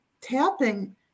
tapping